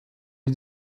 les